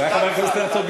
חבר הכנסת הרצוג,